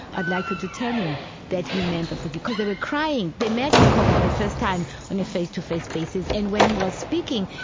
i'd like you to tell him that we meant the forg, because they were crying. they met de kock for the first time on a face-to-face basis, and when he was speaking,